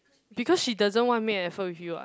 because she doesn't want make an effort with you [what]